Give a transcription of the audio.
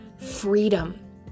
freedom